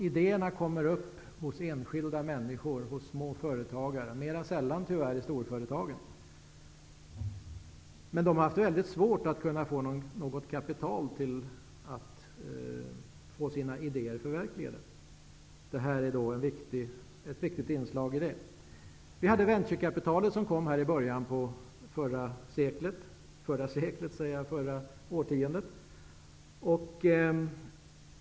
Idéerna uppkommer hos enskilda människor och hos små företagare -- tyvärr mera sällan i storföretagen. Men de har haft mycket svårt att få något kapital till att förverkliga sina idéer. Detta förslag är ett viktigt inslag i detta sammanhang. I början av förra årtiondet infördes venturekapitalet.